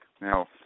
Now